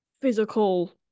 physical